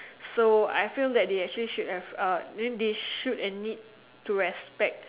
so I feel that they actually should have uh then they should and need to respect